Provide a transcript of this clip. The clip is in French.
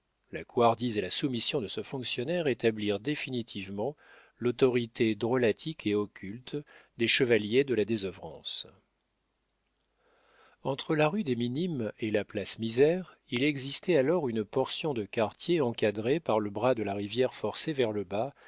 la couardise et la soumission de ce fonctionnaire établirent définitivement l'autorité drolatique et occulte des chevaliers de la désœuvrance entre la rue des minimes et la place misère il existait alors une portion de quartier encadrée par le bras de la rivière forcée vers le bas